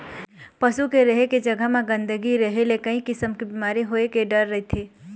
पशु के रहें के जघा म गंदगी रहे ले कइ किसम के बिमारी होए के डर रहिथे